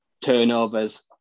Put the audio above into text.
Turnovers